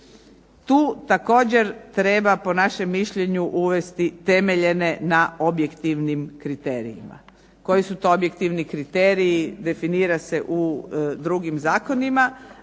Tu također treba po našem mišljenju uvesti temeljene na objektivnim kriterijima. Koji su to objektivni kriteriji, definira se u drugim zakonima,